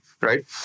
right